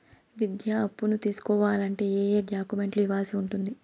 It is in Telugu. విద్యా అప్పును తీసుకోవాలంటే ఏ ఏ డాక్యుమెంట్లు ఇవ్వాల్సి ఉంటుంది